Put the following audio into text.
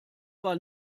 war